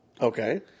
Okay